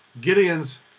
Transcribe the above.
Gideon's